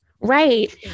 Right